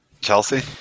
Chelsea